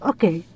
Okay